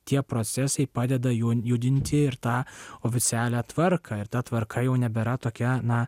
tie procesai padeda ju judinti ir tą oficialią tvarką ir ta tvarka jau nebėra tokia na